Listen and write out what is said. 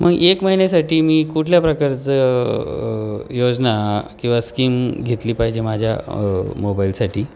मग एक महिन्यासाठी मी कुठल्या प्रकारचं योजना किंवा स्कीम घेतली पाहिजे माझ्या मोबाईलसाठी